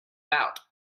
out